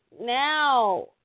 now